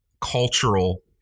cultural